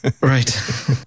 Right